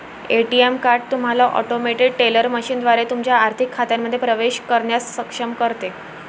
ATM card तुम्हाला automated teller मशीनद्वारे तुमच्या आर्थिक खात्यांमध्ये प्रवेश करण्यास सक्षम करते